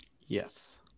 Yes